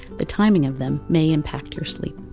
the timing of them may impact your sleep.